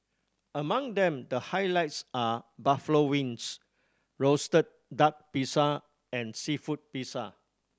among them the highlights are buffalo wings roasted duck pizza and seafood pizza